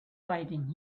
fighting